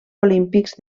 olímpics